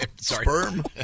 Sperm